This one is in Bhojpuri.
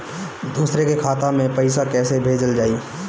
दूसरे के खाता में पइसा केइसे भेजल जाइ?